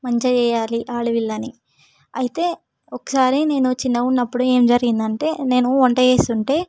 మంచిగా చేయాలి ఆడపిల్ల అని అయితే ఒకసారి నేను చిన్నగా ఉన్నపుడు ఏం జరిగిందంటే నేను వంట చేస్తుంటే